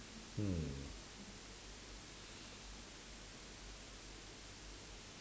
hmm